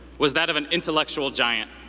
was that of an intellectual giant.